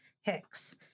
Hicks